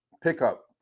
pickup